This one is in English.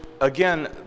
again